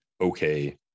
okay